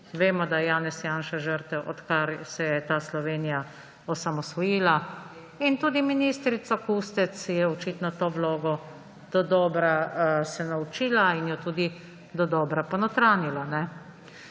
Vemo, da je Janez Janša žrtev, odkar se je ta Slovenija osamosvojila, in tudi ministrica Kustec se je očitno to vlogo dodobra se naučila in jo tudi dodobra ponotranjila.